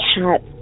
cat